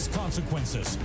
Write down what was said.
consequences